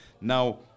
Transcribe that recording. Now